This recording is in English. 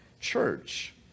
church